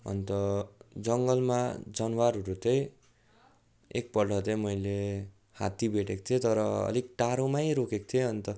अन्त जङ्गलमा जनावरहरू चाहिँ एकपल्ट चाहिँ मैले हात्ती भेटेको थिएँ तर अलिक टाडोमै रोकेको थिएँ अन्त